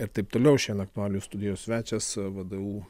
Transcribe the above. ir taip toliau šiandien aktualijų studijos svečias vdu